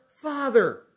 Father